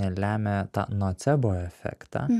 lemia tą nocebo efektą